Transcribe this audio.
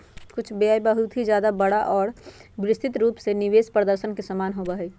कुछ व्यय बहुत ही ज्यादा बड़ा और विस्तृत रूप में निवेश प्रदर्शन के समान होबा हई